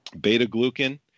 beta-glucan